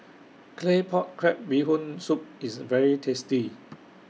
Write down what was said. Claypot Crab Bee Hoon Soup IS very tasty